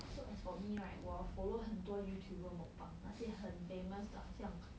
so as for me right 我 follow 很多 Youtuber mukbang 那些很 famous 的好像